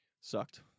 sucked